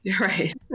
Right